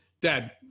dad